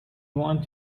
want